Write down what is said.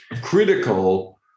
critical